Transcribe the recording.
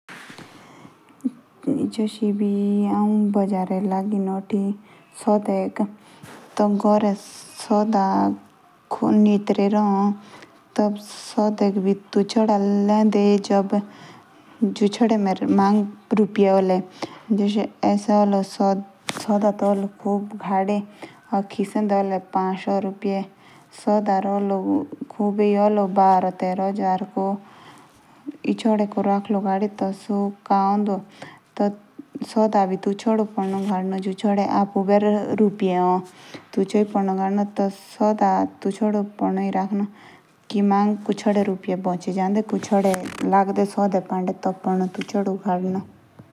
जस एबि औ कोई बाजारे री नोटी। या घरे सदा रो नितरी। या त औ तेशो गद दी समन। जिचदे मु बेर पैसे होल। टिचडो ही औ सामने गाड़ दा।